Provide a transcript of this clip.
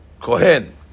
kohen